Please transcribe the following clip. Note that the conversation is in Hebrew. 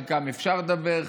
על חלקם אפשר לדבר,